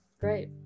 great